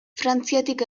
frantziatik